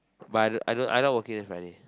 but I I I not working next Friday